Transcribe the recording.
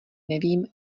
nevím